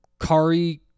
Kari